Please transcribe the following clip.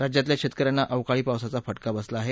राज्यातल्या शेतक यांना अवकाळी पावसाचा फटका बसला आहे